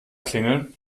klingeln